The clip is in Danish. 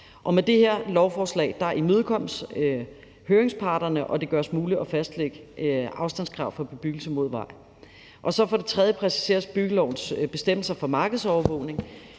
Med det her lovforslag imødekommes høringsparterne, og det gøres muligt at fastlægge afstandskrav for bebyggelse mod vej. For det tredje præciseres byggelovens bestemmelser for markedsovervågning,